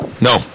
No